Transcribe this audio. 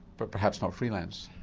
but perhaps not freelance?